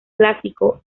clásico